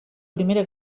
primera